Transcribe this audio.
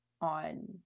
on